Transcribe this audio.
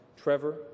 Trevor